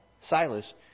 Silas